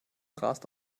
rast